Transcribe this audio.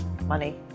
Money